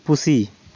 ᱯᱩᱥᱤ